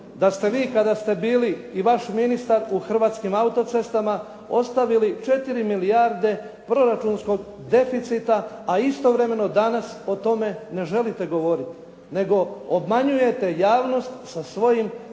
da ste vi kada ste bili i vaš ministar u Hrvatskim auto-cestama ostavili 4 milijarde proračunskog deficita a istovremeno danas o tome ne želite govoriti, nego obmanjujete javnost sa svojim